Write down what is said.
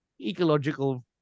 ecological